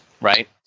right